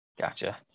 Gotcha